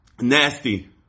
nasty